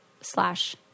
slash